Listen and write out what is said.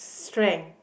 strength